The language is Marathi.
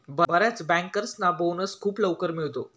बर्याच बँकर्सना बोनस खूप लवकर मिळतो